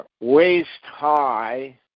waist-high